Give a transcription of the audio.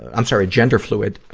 i'm sorry, gender-fluid, ah,